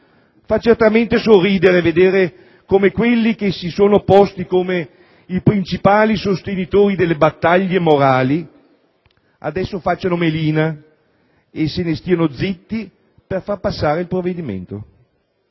Fa certamente sorridere vedere come quelli che si sono posti come i principali sostenitori delle battaglie morali adesso facciano melina e se ne stiano zitti per fare passare il provvedimento.